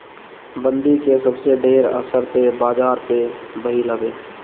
बंदी कअ सबसे ढेर असर तअ बाजार पअ भईल हवे